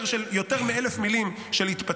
יותר מ-1,000 מילים של התפתלות,